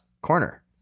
corner